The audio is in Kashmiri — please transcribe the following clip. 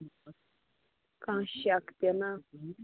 کانٛہہ شَک تہِ نا